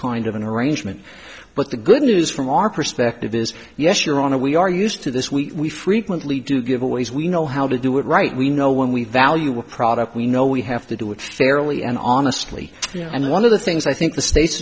kind of an arrangement but the good news from our perspective is yes your honor we are used to this we frequently do giveaways we know how to do it right we know when we value a product we know we have to do it fairly and honestly and one of the things i think the state